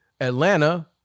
Atlanta